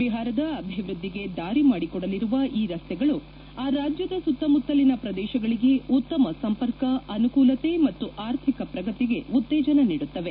ಬಿಹಾರದ ಅಭಿವ್ಯದ್ದಿಗೆ ದಾರಿ ಮಾಡಿಕೊಡಲಿರುವ ಈ ರಸ್ತೆಗಳು ಆ ರಾಜ್ಜದ ಸುತ್ತಮುತ್ತಲಿನ ಪ್ರದೇಶಗಳಿಗೆ ಉತ್ತಮ ಸಂಪರ್ಕ ಅನುಕೂಲತೆ ಮತ್ತು ಆರ್ಥಿಕ ಪ್ರಗತಿಗೆ ಉತ್ತೇಜನ ನೀಡುತ್ತವೆ